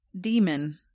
demon